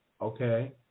okay